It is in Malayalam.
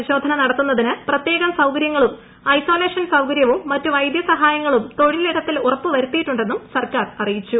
പരിശോധന നടത്തുന്നതിന് പ്രത്യേകം സൌകര്യങ്ങളും ഐസൊലേഷൻ സൌകര്യവും മറ്റു വൈദ്യസഹായങ്ങളും തൊഴിലിട ത്തിൽ ഉറപ്പുവരുത്തിയിട്ടുണ്ടെന്നും സർക്കാർ അറിയിച്ചു